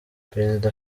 perezida